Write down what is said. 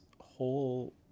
whole